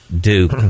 Duke